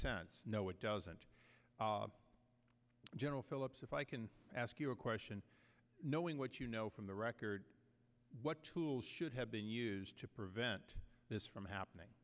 sense no it doesn't general phillips if i can ask you a question knowing what you know from the record what tools should have been used to prevent this from happening